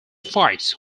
fights